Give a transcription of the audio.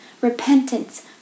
Repentance